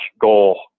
goal